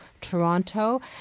Toronto